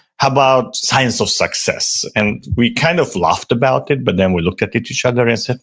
how about science of success? and we kind of laughed about it, but then we looked at each other and